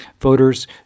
voters